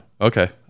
Okay